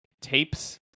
tapes